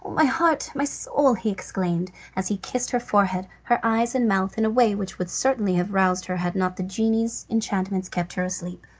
my heart, my soul! he exclaimed, as he kissed her forehead, her eyes and mouth in a way which would certainly have roused her had not the genie's enchantments kept her asleep.